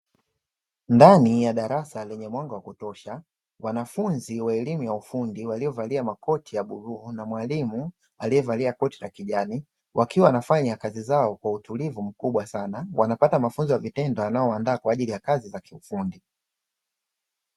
Ndani ya darasa lenye mwanga wa kutosha wanafunzi wa elimu ya ufundi waliovalia makoti ya bluu na mwalimu alievalia koti la kijani, wakiwa wanafanya kazi zao kwa utulivu mkubwa sana wanapata mafunzo ya vitendo wanaoandaa kwa ajili ya kazi za kiufundi.